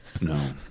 no